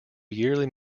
yearly